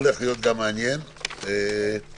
אני